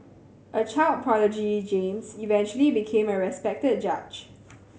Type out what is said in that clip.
a child prodigy James eventually became a respected judge